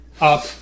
up